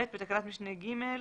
בתקנת משנה (ג),